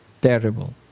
terrible